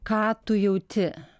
ką tu jauti